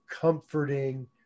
comforting